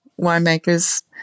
winemakers